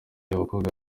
abakobwa